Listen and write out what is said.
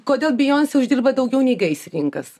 kodėl bijoncė uždirba daugiau nei gaisrininkas